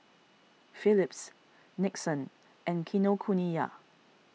Phillips Nixon and Kinokuniya